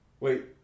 Wait